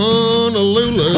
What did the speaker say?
Honolulu